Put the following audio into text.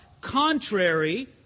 contrary